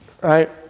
Right